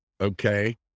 okay